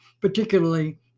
particularly